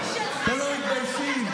אתם לא מתביישים?